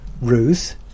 Ruth